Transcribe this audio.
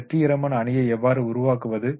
வெற்றிகரமான அணியை எவ்வாறு உருவாக்குவது